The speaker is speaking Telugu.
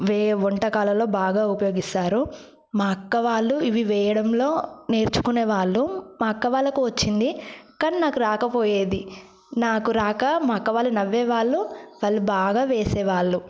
వేరే వంటకాలలో బాగా ఉపయోగిస్తారు మా అక్క వాళ్ళు ఇవి వేయడంలో నేర్చుకునే వాళ్ళు మా అక్క వాళ్ళకు వచ్చింది కానీ నాకు రాకపోయేది నాకు రాక మా అక్క వాళ్ళ నవ్వే వాళ్ళు వాళ్ళు బాగా వేసేవాళ్ళు